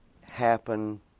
happen